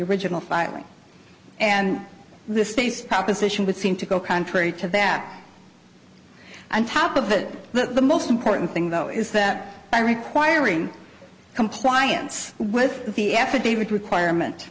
original filing and the state's proposition would seem to go contrary to that and top of that the most important thing though is that by requiring compliance with the affidavit requirement